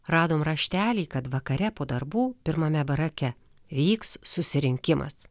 radom raštelį kad vakare po darbų pirmame barake vyks susirinkimas